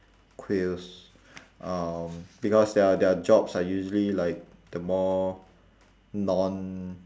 queers um because their their jobs are usually like the more non